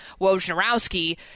Wojnarowski